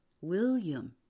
William